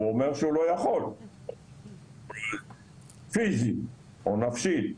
הוא אומר שהוא לא יכול פיזי או נפשי?